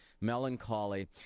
Melancholy